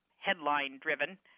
headline-driven